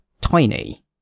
tiny